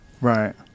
Right